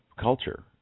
culture